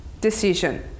decision